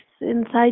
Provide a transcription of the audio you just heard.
inside